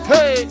Hey